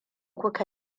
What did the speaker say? kuka